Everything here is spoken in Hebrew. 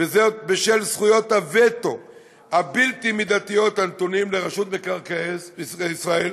ובשל זכויות הווטו הבלתי-מידתיות הנתונות לרשות מקרקעי ישראל,